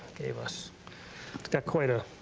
gave us. it's got quite a